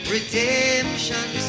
Redemption